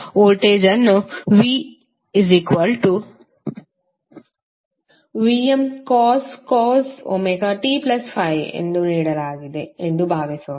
voltage ಅನ್ನು vVmcos ωt∅ ಎಂದು ನೀಡಲಾಗಿದೆ ಎಂದು ಭಾವಿಸೋಣ